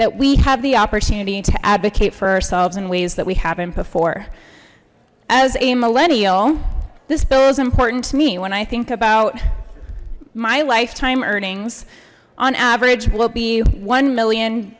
that we have the opportunity to advocate for ourselves in ways that we haven't before as a millennial this bill is important to me when i think about my lifetime earnings on average will be one million